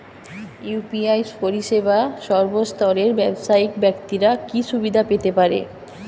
UPI পরিসেবা সর্বস্তরের ব্যাবসায়িক ব্যাক্তিরা কি সুবিধা পেতে পারে?